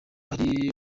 hari